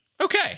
Okay